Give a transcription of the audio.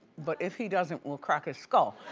but if he doesn't, we'll crack his skull.